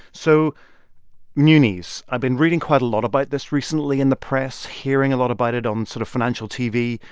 so munis i've been reading quite a lot about this recently in the press, hearing a lot about it on sort of financial tv.